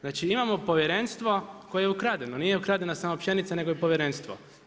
Znači imamo povjerenstvo koje je ukradeno, nije ukradena samo pšenica nego i povjerenstvo.